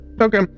Okay